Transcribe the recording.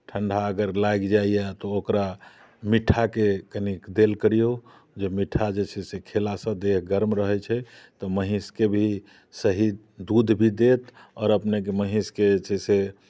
ठंडा अगर लागि जाइए तऽ ओकरा मिट्ठाके कनिक देल करियौ जे मिट्ठा जे छै से खेलासँ देह गर्म रहै छै तऽ महीँसके भी सही दूध भी देत आओर अपनेके महीँसके जे छै से